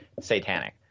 satanic